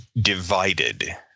divided